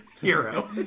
hero